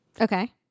Okay